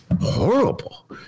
horrible